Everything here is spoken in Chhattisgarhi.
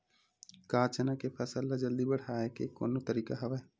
का चना के फसल ल जल्दी बढ़ाये के कोनो तरीका हवय?